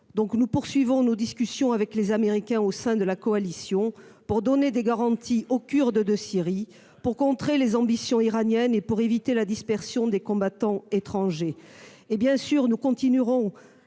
part. Nous poursuivons donc nos discussions avec les Américains, au sein de la coalition, pour donner des garanties aux Kurdes de Syrie, contrer les ambitions iraniennes et éviter la dispersion des combattants étrangers. Bien sûr, nous continuerons